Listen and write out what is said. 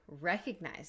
recognize